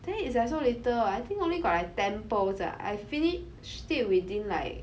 then it's like so little I think only got like ten pearls ah I finished it within like